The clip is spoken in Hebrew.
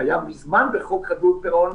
שקיים כבר מזמן בחוק חדלות פירעון,